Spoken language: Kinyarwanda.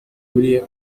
uburayi